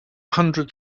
hundred